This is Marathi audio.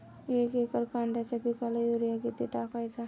एक एकर कांद्याच्या पिकाला युरिया किती टाकायचा?